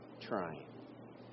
trying